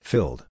Filled